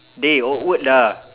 dey awkward lah